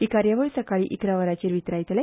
ही कार्यावळ सकाळी इकरा वरांचेर वितरायतले